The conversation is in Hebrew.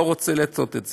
לא רוצה לעשות את זה.